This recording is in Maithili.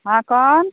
हँ कौन